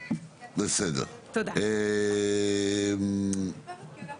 תודה רבה בסדר.